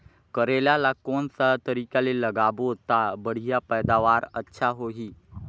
करेला ला कोन सा तरीका ले लगाबो ता बढ़िया पैदावार अच्छा होही?